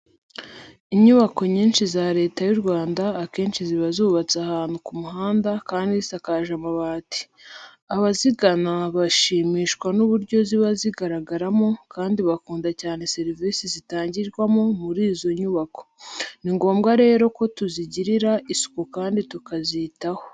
Inyubako nyinshi za Leta y'u Rwanda akenshi ziba zubatse ahantu ku muhanda kandi zisakaje amabati. Abazigana bashimishwa n'uburyo ziba zigaragaramo kandi bakunda cyane serivise zitangirwa muri izo nyubako. Ni ngombwa rero ko tuzigirira isuku kandi tukazitaho.